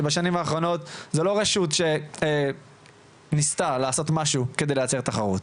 שבשנים האחרונות זו לא רשות שניסתה לעשות משהו כדי לייצר תחרות.